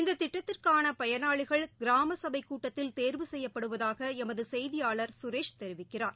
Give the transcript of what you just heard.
இந்த திட்டத்திற்கான பயனாளிகள் கிராம சபைக் கூட்டத்தில் தேர்வு செய்யப்படுவதாக எமது செய்தியாளர் சுரேஷ் தெரிவிக்கிறார்